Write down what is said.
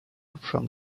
from